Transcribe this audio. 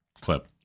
clip